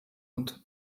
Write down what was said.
und